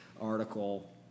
article